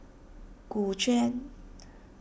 Gu Juan